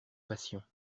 passion